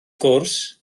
gwrs